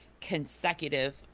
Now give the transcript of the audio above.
consecutive